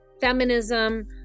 feminism